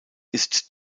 ist